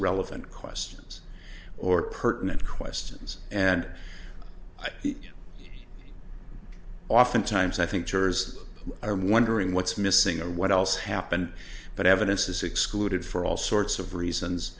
relevant questions or pertinent questions and oftentimes i think jurors are wondering what's missing or what else happened but evidence is excluded for all sorts of reasons